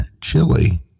chili